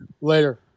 Later